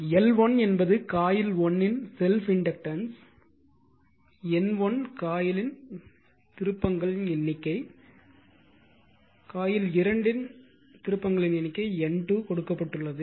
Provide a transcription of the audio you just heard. எனவே L1 என்பது coil 1 இன் செல்ப் இண்டக்டன்ஸ் N 1 காயில் 1 திருப்பங்களின் எண்ணிக்கை காயில் 2 N2 திருப்பங்களின் எண்ணிக்கை கொடுக்கப்பட்டுள்ளது